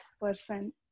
person